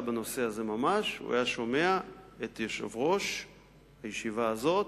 בנושא הזה ממש הוא היה שומע את יושב-ראש הישיבה הזאת,